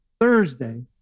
Thursday